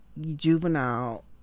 juvenile